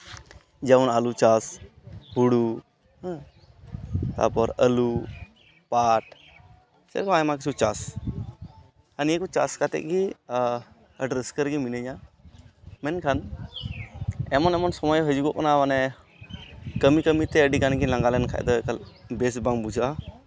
ᱡᱮᱢᱚᱱ ᱟᱹᱞᱩ ᱪᱟᱥ ᱦᱳᱲᱳ ᱛᱟᱨᱯᱚᱨ ᱟᱹᱞᱩ ᱯᱟᱴ ᱥᱮᱭ ᱨᱚᱠᱚᱢ ᱟᱭᱢᱟ ᱠᱤᱪᱷᱩ ᱪᱟᱥ ᱟᱨ ᱱᱤᱭᱟᱹ ᱠᱚ ᱪᱟᱥ ᱠᱟᱛᱮᱫ ᱜᱮ ᱟᱨ ᱟᱹᱰᱤ ᱨᱟᱹᱥᱠᱟᱹ ᱨᱮᱜᱮ ᱢᱤᱱᱟᱹᱧᱟᱹ ᱢᱮᱱᱠᱷᱟᱱ ᱮᱢᱚᱱ ᱮᱢᱚᱱ ᱥᱚᱢᱚᱭ ᱦᱤᱡᱩᱜᱚᱜ ᱠᱟᱱᱟ ᱢᱟᱱᱮ ᱠᱟᱹᱢᱤ ᱠᱟᱹᱢᱤ ᱛᱮ ᱟᱹᱰᱤ ᱜᱟᱱ ᱜᱤᱧ ᱞᱟᱸᱜᱟ ᱞᱮᱱᱠᱟᱡ ᱫᱚ ᱮᱠᱟᱞ ᱵᱮᱥ ᱵᱟᱝ ᱵᱩᱡᱷᱟᱹᱜᱼᱟ